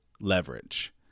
leverage